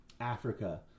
Africa